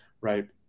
right